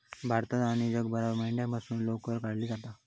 भारतात आणि जगभरात मेंढ्यांपासून लोकर काढली जाता